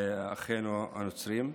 לאחינו הנוצרים.